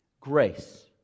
Grace